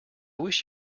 wish